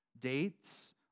Dates